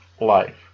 life